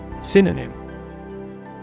Synonym